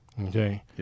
Okay